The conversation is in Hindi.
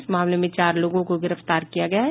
इस मामले में चार लोगों को गिरफ्तार किया गया है